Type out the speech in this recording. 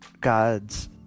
God's